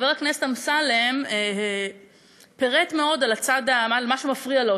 חבר הכנסת אמסלם פירט מאוד על מה שמפריע לו,